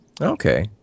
Okay